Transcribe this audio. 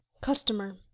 Customer